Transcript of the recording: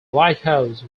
lighthouse